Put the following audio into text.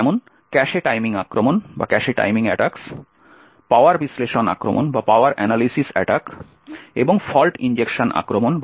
যেমন cache timing আক্রমণ power বিশ্লেষণ আক্রমণ এবং ফল্ট ইনজেকশন আক্রমণ